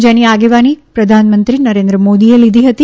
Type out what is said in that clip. જેની આગેવાની પ્રધાનમંત્રી નરેન્દ્ર મોદીએ લીધી હતી